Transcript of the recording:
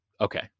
okay